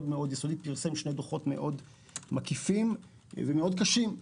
מאוד יסודית ופרסם שני דוחות מאוד מקיפים ומאוד קשים.